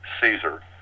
Caesar